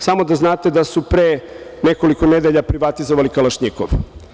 Samo da znate da su pre nekoliko nedelja privatizovali kalašnjikov.